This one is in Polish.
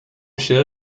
się